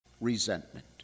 resentment